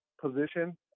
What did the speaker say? position